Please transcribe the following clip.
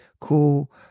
cool